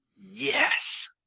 yes